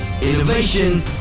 Innovation